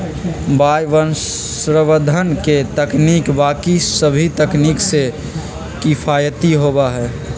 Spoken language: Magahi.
वायवसंवर्धन के तकनीक बाकि सभी तकनीक से किफ़ायती होबा हई